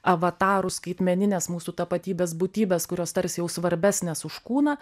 avatarų skaitmeninės mūsų tapatybės būtybes kurios tarsi jau svarbesnės už kūną